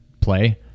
play